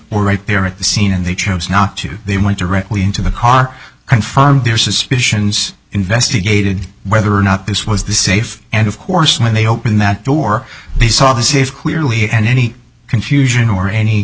were right there at the scene and they chose not to they went directly into the car confirmed their suspicions investigated whether or not this was the safe and of course when they open that door they saw this is clearly and any confusion or